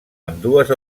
ambdues